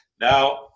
Now